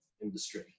industry